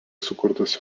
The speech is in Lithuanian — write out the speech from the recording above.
sukurtas